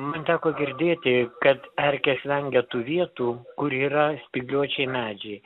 man teko girdėti kad erkės vengia tų vietų kur yra spygliuočiai medžiai